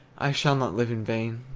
i shall not live in vain.